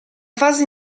fase